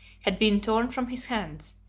had been torn from his hands,